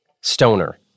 Stoner